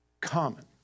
common